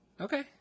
Okay